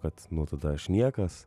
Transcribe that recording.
kad nu tada aš niekas